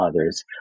others